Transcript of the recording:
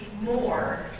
more